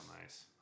nice